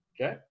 okay